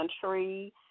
country